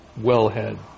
wellhead